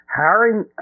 hiring